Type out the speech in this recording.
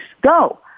go